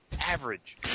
average